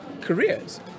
careers